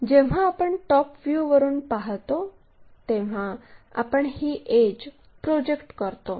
जेव्हा आपण टॉप व्ह्यूवरून पाहतो तेव्हा आपण ही एड्ज प्रोजेक्ट करतो